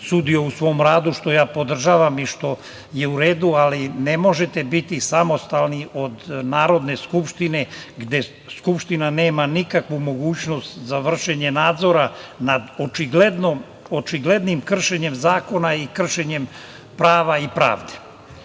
sudija u svom radu što ja podržavam i što je u redu, ali ne možete biti samostalni od Narodne skupštine gde Skupština nema nikakvu mogućnost za vršenje nadzora nad očiglednim kršenjem zakona i kršenjem prava i pravde? Dakle,